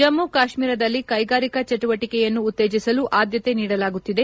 ಜಮ್ಮು ಕಾಶ್ಮೀರದಲ್ಲಿ ಕೈಗಾರಿಕಾ ಚಟುವಟಕೆಯನ್ನು ಉತ್ತೇಜಿಸಲು ಆದ್ಯತೆ ನೀಡಲಾಗುತ್ತಿದೆ